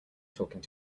talking